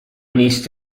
niece